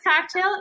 cocktail